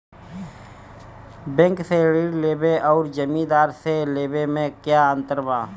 Bank से ऋण लेवे अउर जमींदार से लेवे मे का अंतर बा?